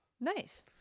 Nice